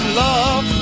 love